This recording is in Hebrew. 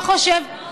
אם